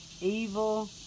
evil